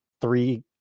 three